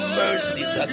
mercies